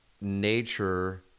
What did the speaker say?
nature